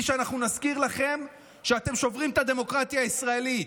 שאנחנו נזכיר לכם שאתם שוברים את הדמוקרטיה הישראלית.